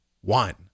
one